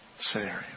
scenario